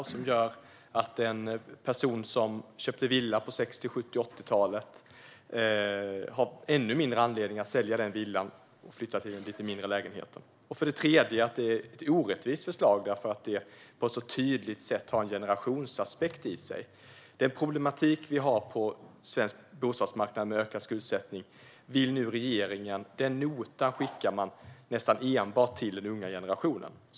Detta gör att en person som köpte villa på 60, 70 eller 80-talet har ännu mindre anledning att sälja den och flytta till en lite mindre lägenhet. För det tredje är det ett orättvist förslag, eftersom det på ett tydligt sätt har en generationsaspekt i sig. Den problematik vi har på svensk bostadsmarknad med ökad skuldsättning vill regeringen nu skicka notan för till nästan enbart den unga generationen.